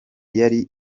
yari